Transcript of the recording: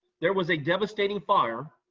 there was a devastating fire